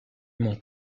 mont